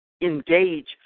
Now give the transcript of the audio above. engage